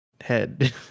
head